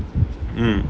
mm